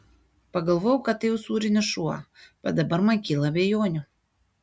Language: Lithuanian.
pagalvojau kad tai usūrinis šuo bet dabar man kyla abejonių